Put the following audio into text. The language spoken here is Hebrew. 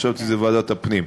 חשבתי שזה ועדת הפנים,